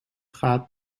gaat